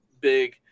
big